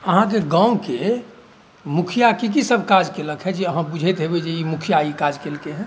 अहाँके गाँवके मुखिया की की सभ काज केलक हँ जे बुझैत हेबै जे ई मुखिया ई काज केलकै हँ